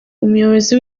umuyobozi